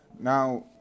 Now